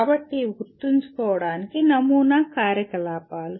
కాబట్టి ఇవి గుర్తుంచుకోవడానికి నమూనా కార్యకలాపాలు